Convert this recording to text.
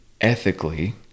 ethically